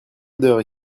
odeur